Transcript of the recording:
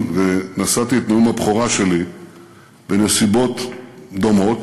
ונשאתי את נאום הבכורה שלי בנסיבות דומות,